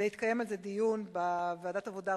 והתקיים על זה דיון בוועדת העבודה,